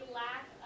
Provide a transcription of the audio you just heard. lack